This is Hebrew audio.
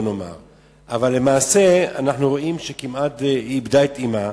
אבל למעשה היא כמעט איבדה את אמה,